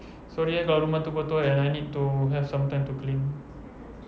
sorry eh kalau rumah itu kotor I need to have some time to clean